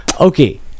Okay